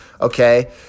okay